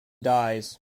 dies